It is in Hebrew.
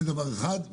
זה דבר אחד.